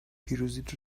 پیروزیت